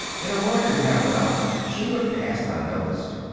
in a larger town than ours she would have passed unnoticed.